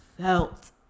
felt